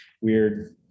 weird